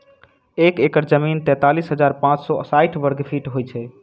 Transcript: एक एकड़ जमीन तैँतालिस हजार पाँच सौ साठि वर्गफीट होइ छै